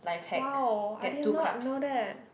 !wow! I did not know that